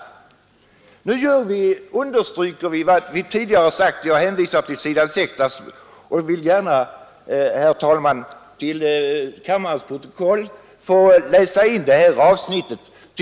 Jag vill gärna, herr talman, till kammarens protokoll få läsa in ett avsnitt på s. 6 i förvaltningsstyrelsens skrivelse till riksdagen.